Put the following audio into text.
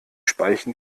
speichen